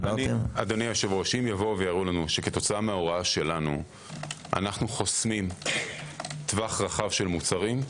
אם יראו לנו שכתוצאה מההוראה שלנו אנו חוסמים טווח רחב של מוצרים,